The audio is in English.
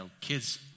kids